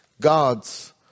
God's